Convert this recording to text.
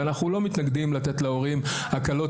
ואנחנו לא מתנגדים לתת להורים הקלות